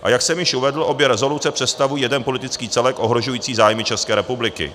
A jak jsem již uvedl, obě revoluce představují jeden politický celek ohrožující zájmy České republiky.